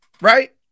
Right